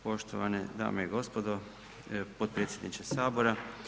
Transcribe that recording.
Poštovane dame i gospodo, potpredsjedniče Sabora.